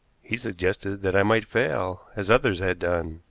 he suggested that i might fail, as others had done,